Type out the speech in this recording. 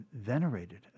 venerated